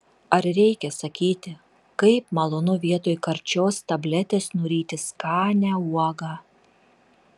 ar reikia sakyti kaip malonu vietoj karčios tabletės nuryti skanią uogą